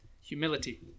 Humility